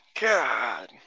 God